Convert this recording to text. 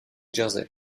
jersey